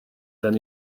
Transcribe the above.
than